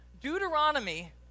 Deuteronomy